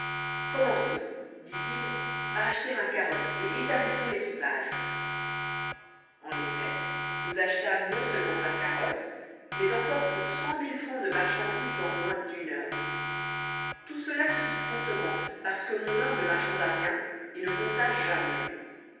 commençons par aller acheter un carrosse et établissons l'équipage en effet nous achetâmes non-seulement un carrosse mais encore pour cent mille francs de marchandises en moins d'une heure tout cela se fit promptement parce que mon homme ne marchanda rien et ne compta jamais